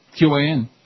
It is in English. QAN